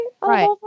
Right